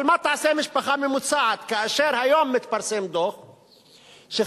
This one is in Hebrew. אבל מה תעשה משפחה ממוצעת כאשר היום מתפרסם דוח ש-52%,